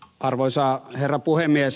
arvoisa herra puhemies